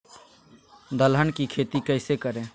दलहन की खेती कैसे करें?